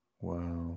Wow